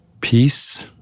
Peace